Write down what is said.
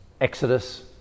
Exodus